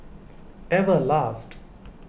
Everlast